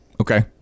okay